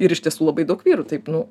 ir iš tiesų labai daug vyrų taip nu